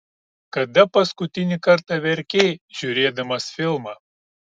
kada paskutinį kartą verkei žiūrėdamas filmą